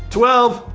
twelve,